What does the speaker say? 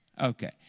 Okay